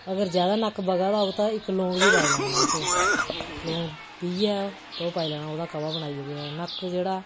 अगर जैदा नक्क बगा दा होग तां इक लौंग बी पाई लैना बिच लौंग पीह्यै ते ओह् पाई लैना ओह्दा काह्बा बनाइयै पीना नक्क जेह्ड़ा